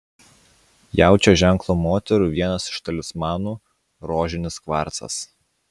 jaučio ženklo moterų vienas iš talismanų rožinis kvarcas